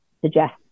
suggest